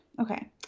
Okay